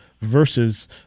versus